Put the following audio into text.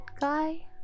guy